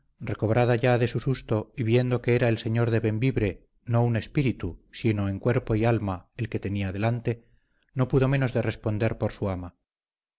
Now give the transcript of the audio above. recobrada ya de su susto y viendo que era el señor de bembibre no un espíritu sino en cuerpo y alma el que tenía delante no pudo menos de responder por su ama